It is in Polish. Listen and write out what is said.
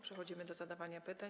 Przechodzimy do zadawania pytań.